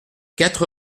quatre